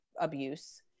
abuse